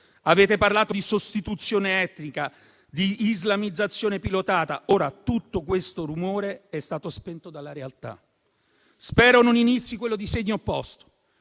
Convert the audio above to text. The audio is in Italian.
avete parlato di sostituzione etnica e di islamizzazione pilotata. Ora tutto questo rumore è stato spento dalla realtà. Spero non inizi quello di segno opposto.